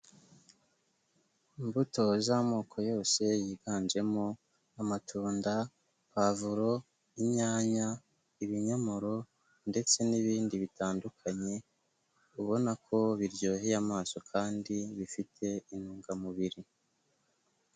Imbuto z'amoko yose yiganjemo amatunda, pavuro, inyanya, ibinyomoro ndetse n'ibindi bitandukanye, ubona ko biryoheye amaso kandi bifite intungamubiri.